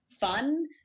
fun